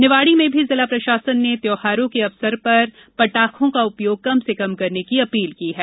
निवाड़ी में भी जिला प्रशासन ने त्यौहारों के अवसर पर पटाखों का उपयोग कम से कम करने की अपील की है